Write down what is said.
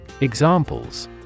Examples